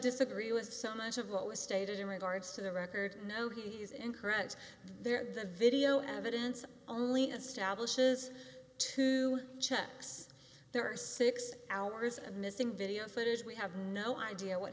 disagree with so much of what was stated in regards to the record no he is incorrect there the video evidence only establishes two checks there are six hours and missing video footage we have no idea what